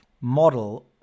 model